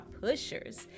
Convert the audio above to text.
pushers